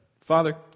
Father